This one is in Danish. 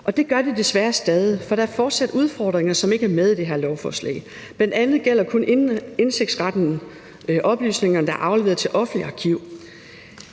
Det gør de desværre stadig, for der er fortsat udfordringer, som ikke er med i det her lovforslag, bl.a. gælder indsigtsretten kun til oplysninger, der er afleveret til offentligt arkiv.